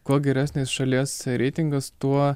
kuo geresnis šalies reitingas tuo